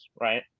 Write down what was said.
right